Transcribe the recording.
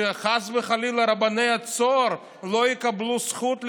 שחס וחלילה רבני צהר לא יקבלו זכות לגייר.